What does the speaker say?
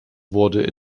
wurde